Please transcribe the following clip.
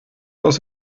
aus